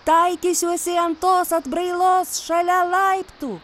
taikysiuosi ant tos atbrailos šalia laiptų